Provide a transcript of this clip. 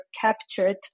captured